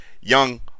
young